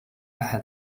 had